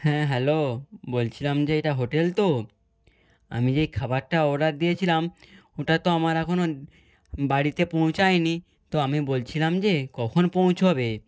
হ্যাঁ হ্যালো বলছিলাম যে এটা হোটেল তো আমি যেই খাবারটা অর্ডার দিয়েছিলাম ওটা তো আমার এখনও বাড়িতে পৌঁছায় নি তো আমি বলছিলাম যে কখন পৌঁছবে